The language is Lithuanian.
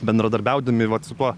bendradarbiaudami vat su tuo